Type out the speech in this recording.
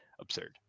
absurd